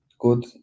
good